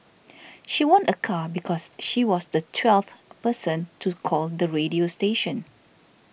she won a car because she was the twelfth person to call the radio station